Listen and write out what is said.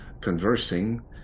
conversing